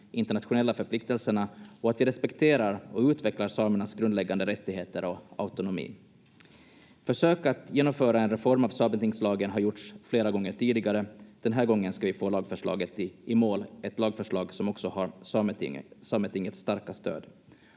internationella förpliktelserna och att vi respekterar och utvecklar samernas grundläggande rättigheter och autonomi. Försök att genomföra en reform av sametingslagen har gjorts flera gånger tidigare. Den här gången ska vi få lagförslaget i mål — ett lagförslag som också har sametingets starka stöd.